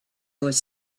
was